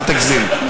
אל תגזים.